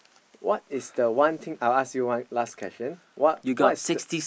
what is the one thing I'll ask you one last question what what is the